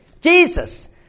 Jesus